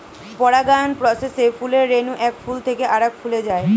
পরাগায়ন প্রসেসে ফুলের রেণু এক ফুল থেকে আরেক ফুলে যায়